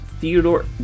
Theodore